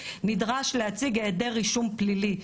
נדרש להציג היעדר רישום פלילי.